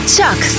Chuck